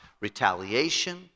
retaliation